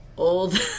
old